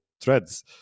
threads